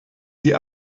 sie